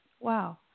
Wow